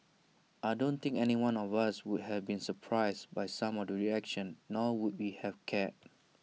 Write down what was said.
I don't think anyone of us would have been surprised by some of the reaction nor would we have cared